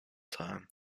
time